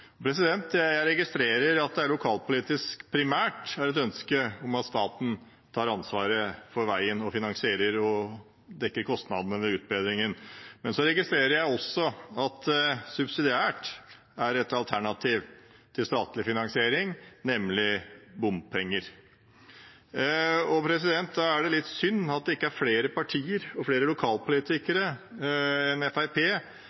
Jeg registrerer at det lokalpolitisk primært er et ønske om at staten tar ansvaret for veien og finansierer den og dekker kostnadene ved utbedringen. Men så registrerer jeg også at det subsidiært er et alternativ til statlig finansiering, nemlig bompenger. Da er det litt synd at det ikke er flere partier og flere